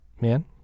man